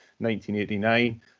1989